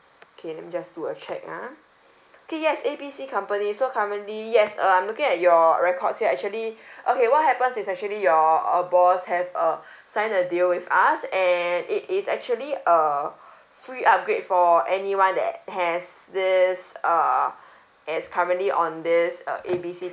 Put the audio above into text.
okay let me just do a check ah okay yes A B C company so currently yes uh I'm looking at your records here actually okay what happens is actually your uh boss have uh signed a deal with us and it is actually uh free upgrade for anyone that has this uh is currently on this uh A B C